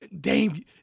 Dame